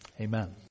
amen